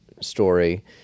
story